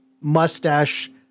mustache